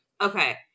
okay